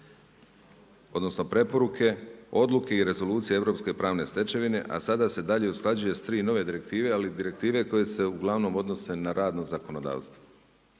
odnosno preporuke, odluke i rezolucije europske i pravne stečevine, a sada se dalje usklađuje sa 3 nove direktive, ali direktive koje se uglavnom odnose na radno zakonodavstvo.